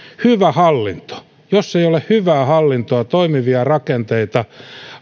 hyvä hallinto jos ei ole hyvää hallintoa toimivia rakenteita